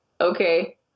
Okay